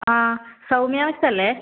ആ സൗമ്യ മിസ് അല്ലേ